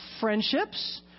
friendships